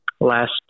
last